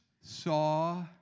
saw